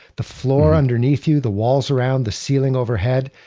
the floor underneath you, the walls around, the ceiling overhead,